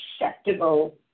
acceptable